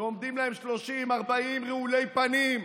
ועומדים להם 30 40 רעולי פנים,